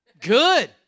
Good